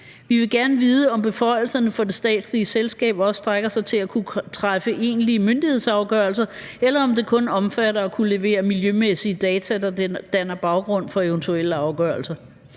Vi vil gerne vide, om beføjelserne for det statslige selskab også strækker sig til at kunne træffe egentlige myndighedsafgørelser, eller om det kun omfatter at kunne levere miljømæssige data, der danner baggrund for eventuelle afgørelser.